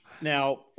Now